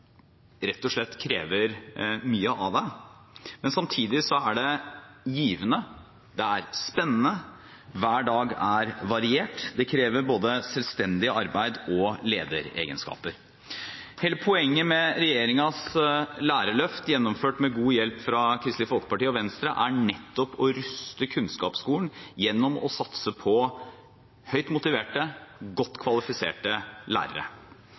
variert. Det krever både selvstendig arbeid og lederegenskaper. Hele poenget med regjeringens lærerløft, gjennomført med god hjelp fra Kristelig Folkeparti og Venstre, er nettopp å ruste kunnskapsskolen gjennom å satse på høyt motiverte, godt kvalifiserte lærere.